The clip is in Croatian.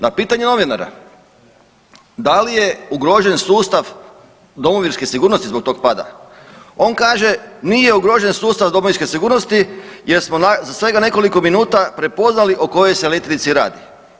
Na pitanje novinara da li je ugrožen sustav domovinske sigurnosti zbog tog pada on kaže nije ugrožen sustav domovinske sigurnosti, jer smo za svega nekoliko minuta prepoznali o kojoj se letjelici radi.